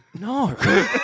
No